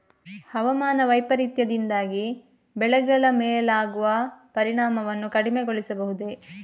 ಹವಾಮಾನ ವೈಪರೀತ್ಯದಿಂದಾಗಿ ಬೆಳೆಗಳ ಮೇಲಾಗುವ ಪರಿಣಾಮವನ್ನು ಕಡಿಮೆಗೊಳಿಸಬಹುದೇ?